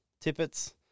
tippets